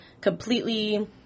completely